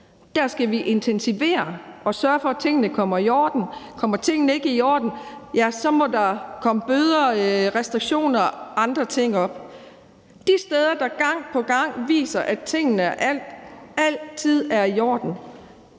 Der skal vi intensivere det og sørge for, at tingene kommer i orden. Kommer tingene ikke i orden, må der komme bøder, restriktioner og andre ting. De steder, der gang på gang viser, at tingene altid er i orden,